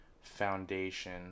foundation